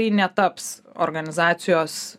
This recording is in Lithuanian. tai netaps organizacijos